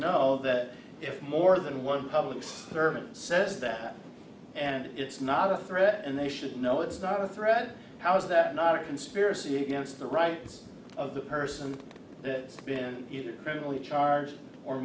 know that if more than one public servant says that and it's not a threat and they should know it's not a threat how is that not a conspiracy against the rights of the person that has been either criminally charged or